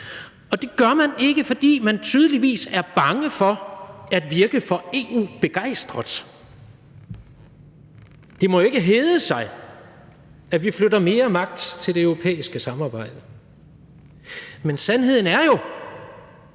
Det gør man ikke, fordi man tydeligvis er bange for at virke for EU-begejstret. Det må ikke hedde sig, at vi flytter mere magt til det europæiske samarbejde. Men sandheden er jo,